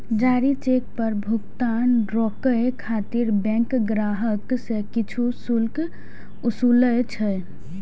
जारी चेक पर भुगतान रोकै खातिर बैंक ग्राहक सं किछु शुल्क ओसूलै छै